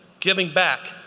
giving back,